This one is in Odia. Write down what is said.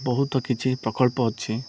ବହୁତ କିଛି ପ୍ରକଳ୍ପ ଅଛି